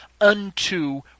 unto